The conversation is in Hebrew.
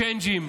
צ'יינג'ים,